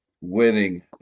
Winning